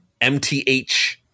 MTH